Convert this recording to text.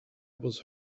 was